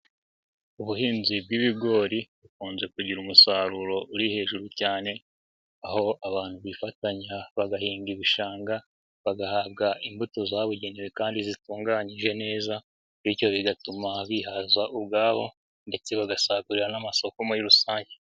Ubuhinzi bw'ibigori bukunze kugira umusaruro uri hejuru cyane, aho abantu bifatanya bagahinga ibishanga, bagabwa imbuto zabugenewe kandi zitunganyije neza bityo bigatuma bihaza ubwabo ndetse bagasagurira n'amasoko muri rusange.